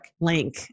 link